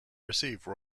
receive